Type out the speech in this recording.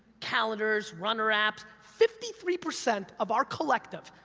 calendars, runner aps, fifty three percent of our collective,